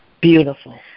Beautiful